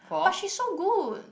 but she's so good